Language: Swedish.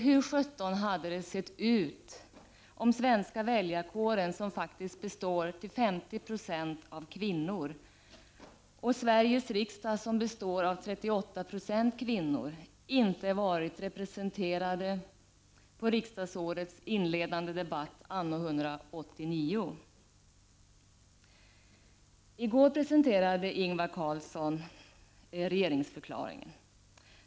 Hur hade det sett ut om kvinnorna inte hade varit representerade i riksdagsårets inledande debatt anno 1989, när den svenska väljarkåren faktiskt till 50 90 består av kvinnor och Sveriges riksdag till 38 90 består av kvinnor? I går presenterade Ingvar Carlsson regeringsförklaringen.